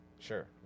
Sure